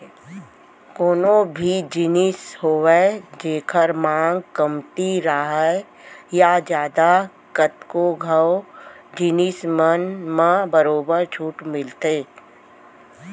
कोनो भी जिनिस होवय जेखर मांग कमती राहय या जादा कतको घंव ओ जिनिस मन म बरोबर छूट मिलथे